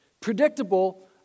Predictable